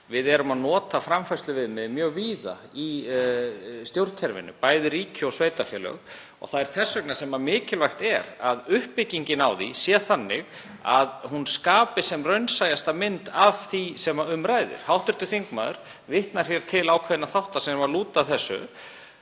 Við notum framfærsluviðmið mjög víða í stjórnkerfinu, bæði ríki og sveitarfélög, og þess vegna er mikilvægt að uppbyggingin á því sé þannig að hún skapi sem raunsæjasta mynd af því sem um ræðir. Hv. þingmaður vitnar til ákveðinna þátta sem lúta að þessu